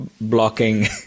blocking